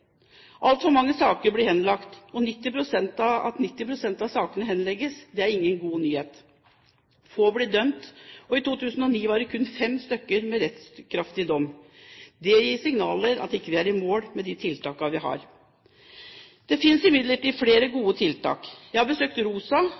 Altfor mange saker blir henlagt. Det at 90 pst. av sakene henlegges, er ingen god nyhet. Få blir dømt, og i 2009 var det kun fem stykker med rettskraftig dom. Det gir signaler om at vi ikke er i mål med de tiltak vi har. Det finnes imidlertid flere